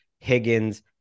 Higgins